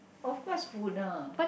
of course food lah